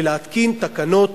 ולהתקין תקנות